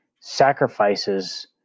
sacrifices